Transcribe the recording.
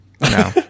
No